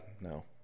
no